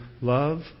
love